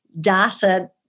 data